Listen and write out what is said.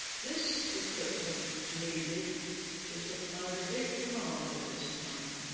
this equipment was needed to supply the big demand at this time